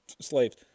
slaves